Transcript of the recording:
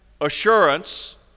assurance